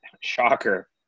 Shocker